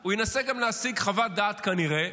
הוא ינסה גם להשיג חוות דעת, כנראה,